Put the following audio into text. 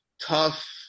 tough